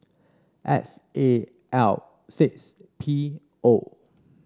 S A L six P O